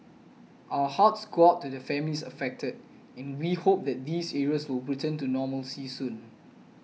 our hearts go out to the families affected and we hope that these areas will return to normalcy soon